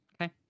Okay